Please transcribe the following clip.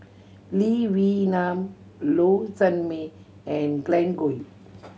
Lee Wee Nam Low Sanmay and Glen Goei